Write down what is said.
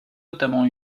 notamment